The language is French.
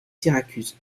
syracuse